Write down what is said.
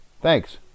thanks